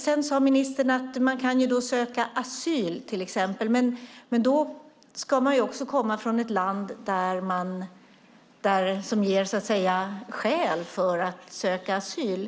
Sedan sade ministern att man exempelvis kan söka asyl, men då ska man komma från ett land som ger skäl till asyl.